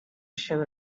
shoot